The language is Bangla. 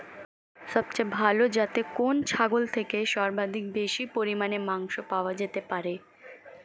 সবচেয়ে ভালো যাতে কোন ছাগল থেকে সর্বাধিক বেশি পরিমাণে মাংস পাওয়া যেতে পারে?